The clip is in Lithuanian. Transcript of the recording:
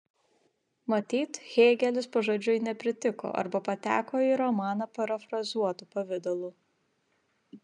matyt hėgelis pažodžiui nepritiko arba pateko į romaną parafrazuotu pavidalu